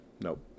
Nope